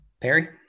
Perry